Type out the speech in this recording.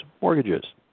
mortgages